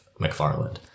McFarland